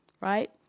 right